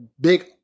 big